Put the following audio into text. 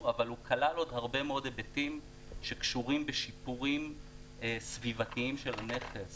אבל הוא כלל עוד הרבה מאוד היבטים שקשורים בשיפורים סביבתיים של הנכס